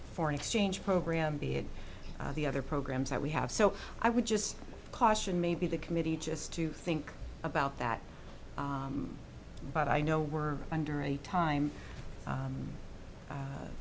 foreign exchange program be it the other programs that we have so i would just caution maybe the committee just to think about that but i know we're under a time